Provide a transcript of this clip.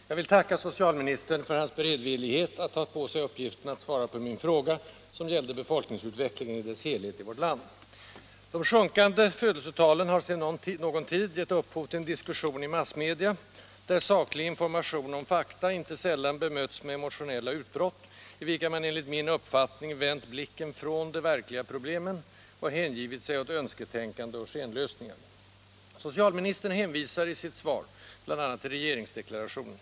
Herr talman! Jag vill tacka socialministern för hans beredvillighet att ta på sig uppgiften att svara på min fråga, som gällde befolkningsut vecklingen i dess helhet i vårt land. Nr 57 De sjunkande födelsetalen har sedan någon tid givit upphov till en diskussion i massmedia, där saklig information om fakta inte sällan bemötts med emotionella utbrott, i vilka man, enligt min uppfattning, vänt blicken från de verkliga problemen och hängett sig åt önsketänkande Om en översyn av och skenlösningar. befolkningsutveck Socialministern hänvisar i sitt svar bl.a. till regeringsdeklarationen.